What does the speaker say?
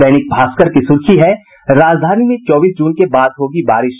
दैनिक भास्कर की सुर्खी है राजधानी में चौबीस जून के बाद होगी बारिश